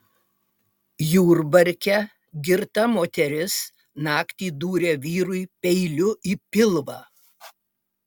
jurbarke girta moteris naktį dūrė vyrui peiliu į pilvą